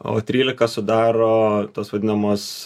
o trylika sudaro tos vadinamos